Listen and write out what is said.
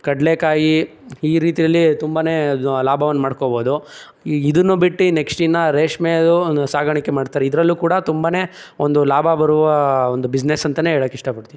ಕಡಲೇಕಾಯಿ ಈ ರೀತಿಯಲ್ಲಿ ತುಂಬನೇ ಲಾಭವನ್ನು ಮಾಡ್ಕೋಬಹುದು ಈಗ ಇದನ್ನು ಬಿಟ್ಟಿ ನೆಕ್ಸ್ಟ್ ಇನ್ನು ರೇಷ್ಮೆದು ಒಂದು ಸಾಗಾಣಿಕೆ ಮಾಡ್ತಾರೆ ಇದರಲ್ಲೂ ಕೂಡ ತುಂಬನೇ ಒಂದು ಲಾಭ ಬರುವ ಒಂದು ಬಿಸ್ನೆಸ್ ಅಂತಲೇ ಹೇಳೋಕ್ಕೆ ಇಷ್ಟಪಡ್ತೀನಿ